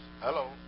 Hello